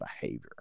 behavior